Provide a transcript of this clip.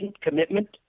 commitment